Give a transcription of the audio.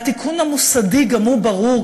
התיקון המוסדי, גם הוא ברור.